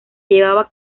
llevaba